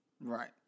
Right